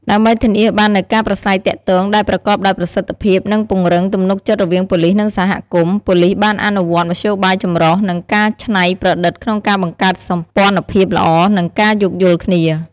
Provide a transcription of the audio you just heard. ដើម្បីធានាបាននូវការប្រាស្រ័យទាក់ទងដែលប្រកបដោយប្រសិទ្ធភាព និងពង្រឹងទំនុកចិត្តរវាងប៉ូលីស និងសហគមន៍ ប៉ូលីសបានអនុវត្តមធ្យោបាយចម្រុះ និងការច្នៃប្រឌិតក្នុងការបង្កើតសម្ព័ន្ធភាពល្អ និងការយោគយល់គ្នា។